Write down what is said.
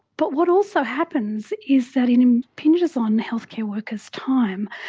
but what also happens is that it impinges on healthcare workers' time,